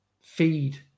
feed